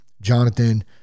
Jonathan